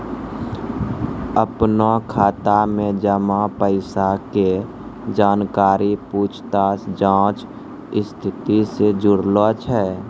अपनो खाता मे जमा पैसा के जानकारी पूछताछ जांच स्थिति से जुड़लो छै